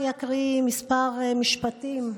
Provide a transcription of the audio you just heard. אני אקריא כמה משפטים,